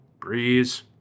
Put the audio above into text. Breeze